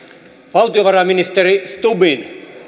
valtiovarainministeri stubbin